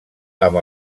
amb